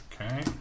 Okay